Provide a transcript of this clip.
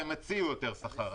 הם הציעו יותר שכר.